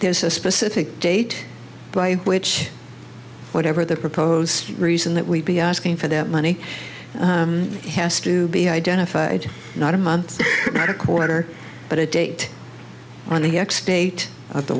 there's a specific date by which whatever the proposed reason that we'd be asking for that money has to be identified not a month not a quarter but a date on the x date of the